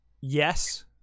Yes